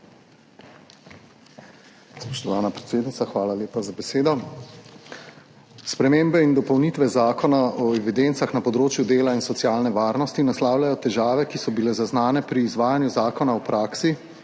Spoštovana predsednica, hvala lepa za besedo. Spremembe in dopolnitve Zakona o evidencah na področju dela in socialne varnosti naslavljajo težave, ki so bile zaznane pri izvajanju zakona v praksi